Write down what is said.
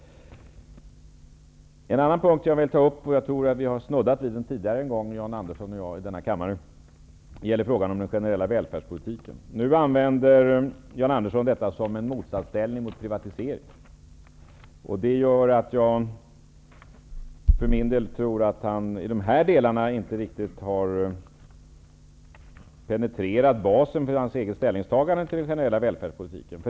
En annan punkt som jag vill ta upp -- och jag tror att vi har snuddat vid den tidigare en gång, Jan Andersson och jag, i denna kammare -- det gäller frågan om den generella välfärdspolitiken. Nu använder Jan Andersson detta som något som står i motsatsställning till privatisering. Det gör att jag för min del tror att han i dessa delar inte riktigt har penetrerat basen för sitt eget ställningstagande till den generella välfärdspolitiken.